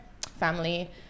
family